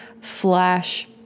slash